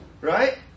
Right